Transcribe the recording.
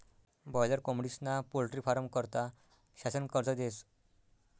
boiler कोंबडीस्ना poultry फारमं करता शासन कर्ज देस